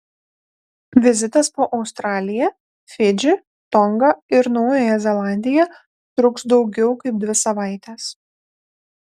vizitas po australiją fidžį tongą ir naująją zelandiją truks daugiau kaip dvi savaites